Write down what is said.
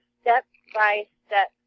step-by-step